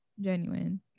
genuine